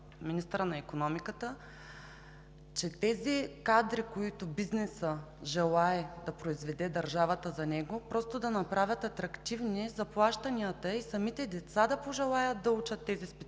министърът на икономиката, че тези кадри, които бизнесът желае да произведе държавата за него, да направят атрактивни заплащания и самите деца да пожелаят да учат тези специалности,